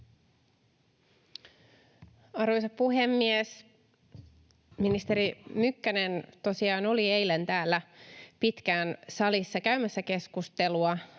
Arvoisa puhemies! Ministeri Mykkänen tosiaan oli eilen täällä pitkään salissa käymässä keskustelua